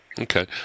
Okay